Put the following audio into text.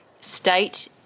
state